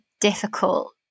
difficult